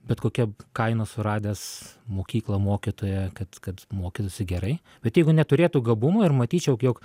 bet kokia kaina suradęs mokyklą mokytoją kad kad mokytųsi gerai bet jeigu neturėtų gabumų ir matyčiau jog